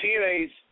TNA's